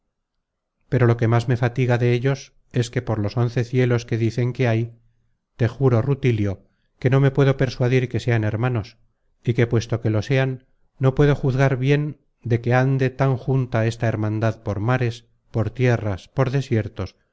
pero lo que más me fatiga de ellos es que por los once cielos que dicen que hay te juro rutilio que no me puedo persuadir que sean hermanos y que puesto que lo sean no puedo juzgar bien de que ande tan junta esta hermandad por mares por tierras por desiertos